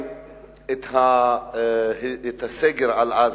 את הסגר על עזה,